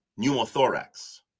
pneumothorax